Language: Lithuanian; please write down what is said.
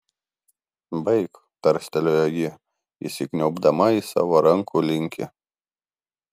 baik tarstelėjo ji įsikniaubdama į savo rankų linkį